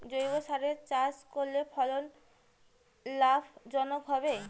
জৈবসারে চাষ করলে ফলন লাভজনক হবে?